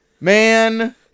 Man